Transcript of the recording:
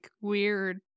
weird